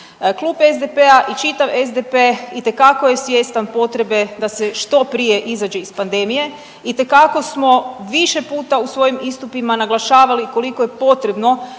Klub SDP-a i čitav SDP itekako je svjestan potrebe da se što prije izađe iz pandemije, itekako smo više puta u svojim istupima naglašavali koliko je potrebno